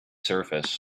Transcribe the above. surface